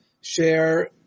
share